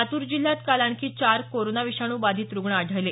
लातूर जिल्ह्यात काल आणखी चार कोरोना विषाणू बाधित रुग्ण आढळले